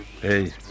Hey